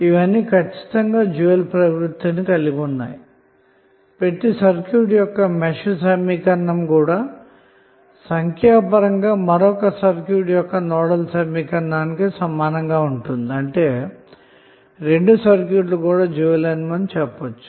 ఇవన్నీ ఖచ్చితంగా డ్యూయల్ ప్రవృత్తి కలిగి ఉన్నాయి కాబట్టి ప్రతి సర్క్యూట్ యొక్క మెష్ సమీకరణం కూడా సంఖ్యాపరంగా మరొక సర్క్యూట్ యొక్క నోడల్ సమీకరణానికి సమానంగా ఉంటుంది అంటే రెండు సర్క్యూట్లు డ్యూయల్ అని చెప్పవచ్చు